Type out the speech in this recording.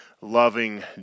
loving